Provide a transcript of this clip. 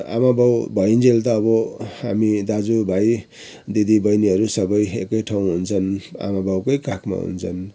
आमा बाउ भइन्जेल त अब हामी दाजु भाइ दिदी बहिनीहरू सबै एकै ठाउँ हुन्छन् आमा बाउकै काखमा हुन्छन्